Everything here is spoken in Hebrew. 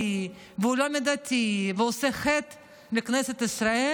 והוא לא מידתי ועושה חטא לכנסת ישראל,